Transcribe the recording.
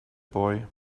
boy